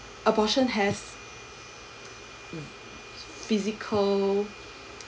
abortion has physical